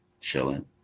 chilling